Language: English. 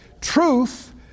Truth